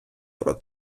про